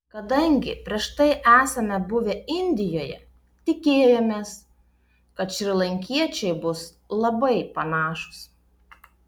kadangi prieš tai esame buvę indijoje tikėjomės kad šrilankiečiai bus labai panašūs